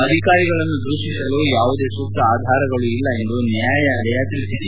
ಅಧಿಕಾರಿಗಳನ್ನು ದೂಷಿಸಲು ಯಾವುದೇ ಸೂಕ್ತ ಆಧಾರಗಳು ಇಲ್ಲ ಎಂದು ನ್ಯಾಯಾಲಯ ಹೇಳಿದೆ